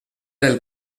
del